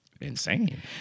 insane